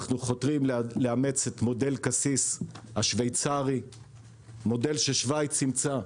אנחנו חותרים לאמץ את מודל "קסיס" השוויצרי - מודל ששוויץ אימצה.